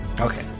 Okay